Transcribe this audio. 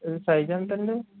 size ఎంతండి